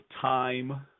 time